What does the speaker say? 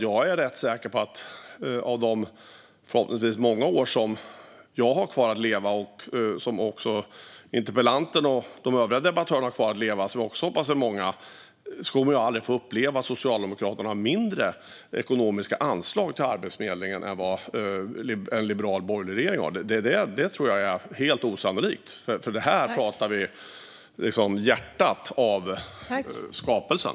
Jag är rätt säker på att under de förhoppningsvis många år jag har kvar att leva, och under de år som interpellanten och de övriga debattörerna har kvar att leva, som jag också hoppas är många, kommer vi aldrig att få uppleva att Socialdemokraterna har mindre ekonomiska anslag till Arbetsförmedlingen än vad en liberal borgerlig regering har. Det tror jag är helt osannolikt. För vi pratar här om hjärtat av skapelsen.